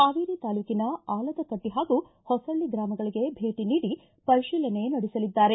ಹಾವೇರಿ ತಾಲೂಕಿನ ಆಲದಕಟ್ಟಿ ಹಾಗೂ ಹೊಸಳ್ಳಿ ಗ್ರಾಮಗಳಿಗೆ ಭೇಟಿ ನೀಡಿ ಪರಿಶೀಲನೆ ನಡೆಸಲಿದ್ದಾರೆ